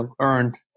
earned